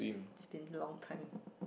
it's been long time